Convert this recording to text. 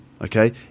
Okay